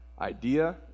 Idea